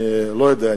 אני לא יודע,